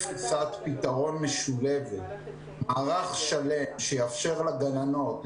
קיבלנו ים של פניות מהורים שאין בעצם מתודה ברורה.